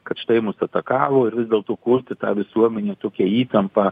kad štai mus atakavo ir vis dėlto kurti tą visuomenėj tokią įtampą